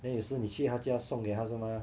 then 你是你去他家送给他是吗